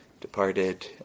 departed